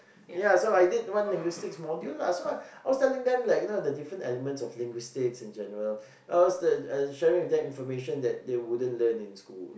ya so I did one linguistics module lah so I was telling them like you know the different elements of linguistics in general I was like sharing with them information that they wouldn't learn in school